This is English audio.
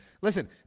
listen